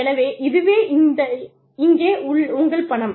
எனவே இதுவே இங்கே உங்கள் பணம்